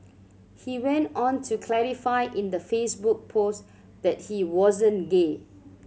he went on to clarify in the Facebook post that he wasn't gay